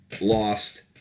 lost